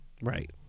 Right